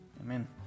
Amen